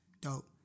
Dope